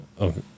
Okay